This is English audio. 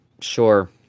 Sure